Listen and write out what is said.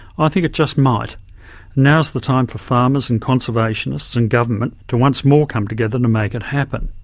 i think it just might and now is the time for farmers, and conservationists and government to once more come together to make it happen.